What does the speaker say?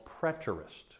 preterist